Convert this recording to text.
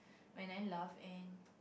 when I laugh and